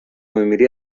بمیری